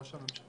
ראש הממשלה.